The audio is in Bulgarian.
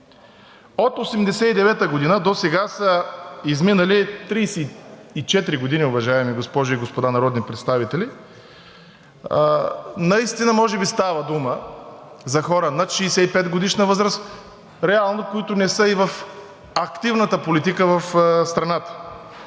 От 1989 г. досега са изминали 34 години, уважаеми госпожи и господа народни представители. Наистина може би става дума за хора над 65-годишна възраст, реално, които не са и в активната политика в страната.